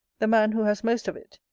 the man who has most of it,